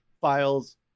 files